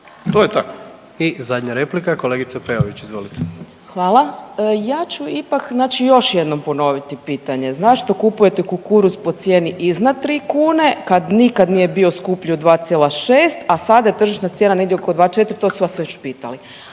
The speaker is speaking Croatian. (HDZ)** I zadnja replika, kolegice Peović, izvolite. **Peović, Katarina (RF)** Hvala. Ja ću ipak znači još jednom ponoviti pitanje. Zašto kupujete kukuruz iznad 3 kune kad nikad nije bio skuplji od 2,6, a sada je tržišna cijena negdje oko 2,4 to su vas već pitali.